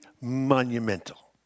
monumental